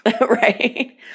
Right